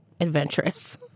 adventurous